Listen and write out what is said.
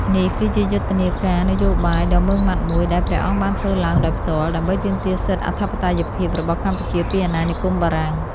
នេះគឺជាយុទ្ធនាការនយោបាយដ៏ម៉ឺងម៉ាត់មួយ ដែលព្រះអង្គបានធ្វើឡើងដោយផ្ទាល់ ដើម្បីទាមទារសិទ្ធិអធិបតេយ្យភាពរបស់កម្ពុជាពីអាណានិគមបារាំង។